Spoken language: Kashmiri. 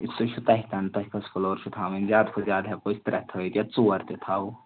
سُہ چھُ تۄہہِ تام تۄہہِ کٔژ فُلور چھُ تھاوٕنۍ زیادٕ کھۄتہٕ زیاد ہٮ۪کو أسۍ ترٛےٚ تھٲوِتھ یا ژور تہِ تھاوَو